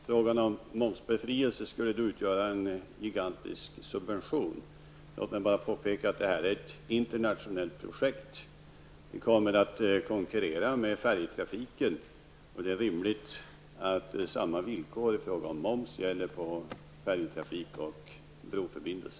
Fru talman! Man har i olika sammanhang gjort gällande att frågan om momsbefrielse skulle utgöra en gigantisk subvention. Låt mig bara påpeka att det här är ett internationellt projekt. Vi kommer att konkurrera med färjetrafiken. Då är det rimligt att samma villkor i fråga om moms gäller på färjetrafik och broförbindelse.